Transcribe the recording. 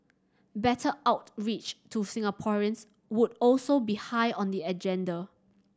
better outreach to Singaporeans would also be high on the agenda